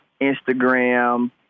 Instagram